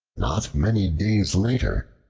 not many days later,